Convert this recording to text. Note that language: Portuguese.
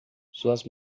suas